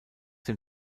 dem